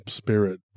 spirit